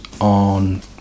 on